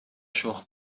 شخم